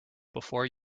before